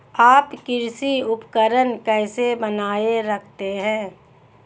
आप कृषि उपकरण कैसे बनाए रखते हैं?